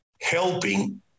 helping